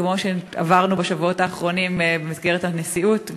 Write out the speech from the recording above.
כמו שעברנו בשבועות האחרונים במסגרת הנשיאות,